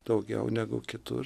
daugiau negu kitur